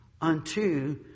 unto